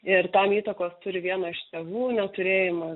ir tam įtakos turi vieno iš tėvų neturėjimas